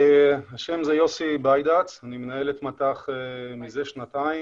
שמי יוסי בידץ, אני מנהל את מט"ח מזה שנתיים,